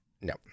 no